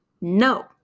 No